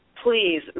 please